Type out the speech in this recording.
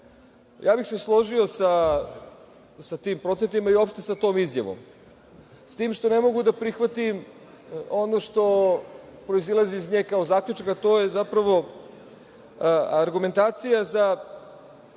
Ja bih se složio sa tim procentima i uopšte sa tom izjavom, s tim što ne mogu da prihvatim ono što proizilazi iz nje kao zaključak, a to je zapravo argumentacija za